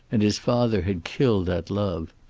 and his father had killed that love.